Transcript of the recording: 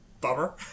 Bummer